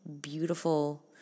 beautiful